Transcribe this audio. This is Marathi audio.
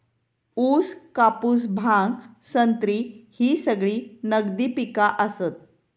ऊस, कापूस, भांग, संत्री ही सगळी नगदी पिका आसत